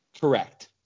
Correct